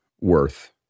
worth